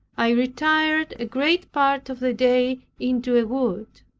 i retired a great part of the day into a wood.